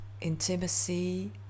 intimacy